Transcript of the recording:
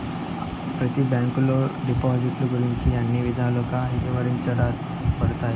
ప్రతి బ్యాంకులో డెబిట్ గురించి అన్ని విధాలుగా ఇవరించబడతాయి